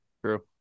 True